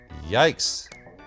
Yikes